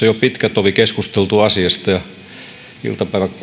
jo pitkä tovi keskusteltu asiasta iltapäivä